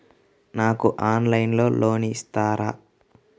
నాకు ఆన్లైన్లో లోన్ ఇస్తారా?